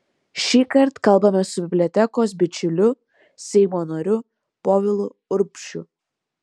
šįkart kalbamės su bibliotekos bičiuliu seimo nariu povilu urbšiu